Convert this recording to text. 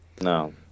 No